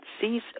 sees